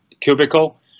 cubicle